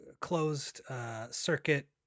closed-circuit